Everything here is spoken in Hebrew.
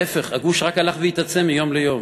להפך, הגוש רק הלך והתעצם מיום ליום.